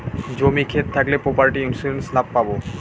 জমি ক্ষেত থাকলে প্রপার্টি ইন্সুরেন্স লাভ পাবো